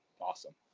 awesome